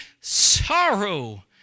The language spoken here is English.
sorrow